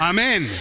Amen